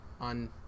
on